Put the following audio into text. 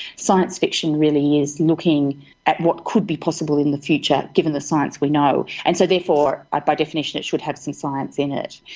science fiction really is looking at what could be possible in the future, given the science we know. and so therefore, by definition, it should have some science in it.